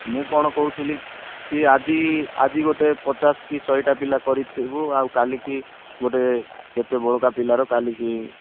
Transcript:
ମୁଁ କ'ଣ କହୁଥିଲି କି ଆଜି ଆଜି ଗୋଟେ ପଚାଶ କି ଶହେଟା ପିଲା କରିଥିବୁ ଆଉ କାଲିକି ଗୋଟେ କେତେ ବଳକା ପିଲାର କାଲିକି